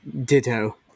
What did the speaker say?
Ditto